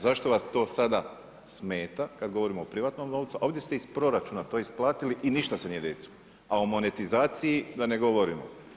Zašto vas to sada smeta kad govorimo o privatnom novcu a ovdje ste iz proračuna to isplatili i ništa se nije desilo, a o monetizaciji da ne govorimo.